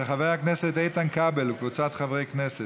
של חבר הכנסת איתן כבל וקבוצת חברי הכנסת.